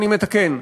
אני מתקן.